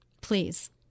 Please